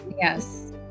yes